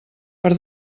per